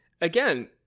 Again